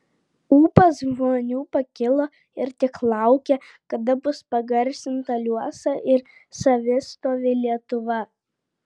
ūpas žmonių pakilo ir tik laukė kada bus pagarsinta liuosa ir savistovi lietuva